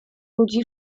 ludzi